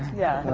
yeah.